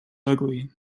ugly